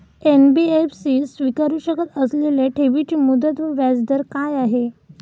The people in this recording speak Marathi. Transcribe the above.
एन.बी.एफ.सी स्वीकारु शकत असलेल्या ठेवीची मुदत व व्याजदर काय आहे?